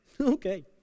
Okay